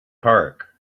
park